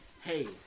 hey